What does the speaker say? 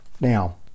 Now